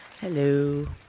Hello